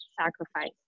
sacrifice